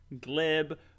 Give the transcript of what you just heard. glib